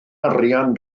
arian